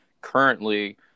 currently